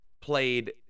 played